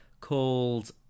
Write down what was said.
called